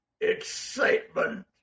excitement